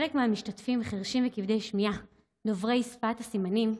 חלק מהמשתתפים חירשים וכבדי שמיעה דוברי שפת הסימנים,